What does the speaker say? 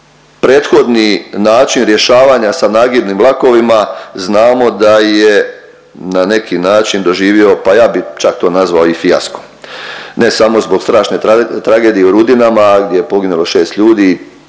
prethodni način rješavanja sa nagibnim vlakovima znamo da je na neki način doživio, pa ja bih čak to nazvao i fijasko ne samo zbog strašne tragedije u Rudinama gdje je poginulo šest ljudi,